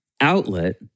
outlet